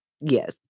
yes